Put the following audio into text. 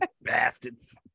Bastards